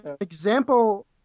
example